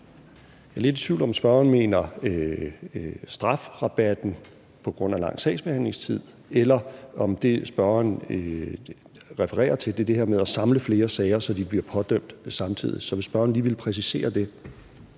Jeg er lidt i tvivl om, om spørgeren mener strafrabatten på grund af lang sagsbehandlingstid, eller om det, spørgeren refererer til, er det her med at samle flere sager, så de bliver pådømt samtidig. Så hvis spørgeren lige ville præcisere det.